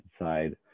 inside